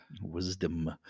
Wisdom